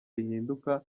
rihinduka